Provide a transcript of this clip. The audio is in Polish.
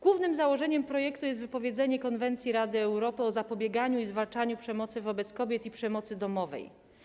Głównym założeniem projektu jest wypowiedzenie Konwencji Rady Europy o zapobieganiu i zwalczaniu przemocy wobec kobiet i przemocy domowej.